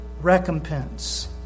recompense